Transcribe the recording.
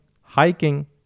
hiking